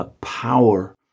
power